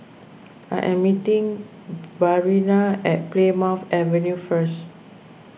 I am meeting Bryanna at Plymouth Avenue first